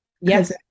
Yes